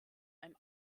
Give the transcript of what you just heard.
einem